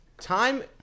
Time